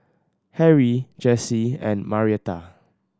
Harry Jessi and Marietta